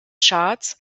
charts